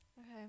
okay